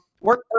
work